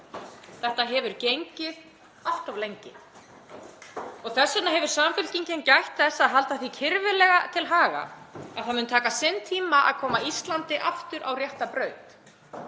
Þetta hefur gengið allt of lengi og þess vegna hefur Samfylkingin gætt þess að halda því kirfilega til haga að það mun taka sinn tíma að koma Íslandi aftur á rétta braut.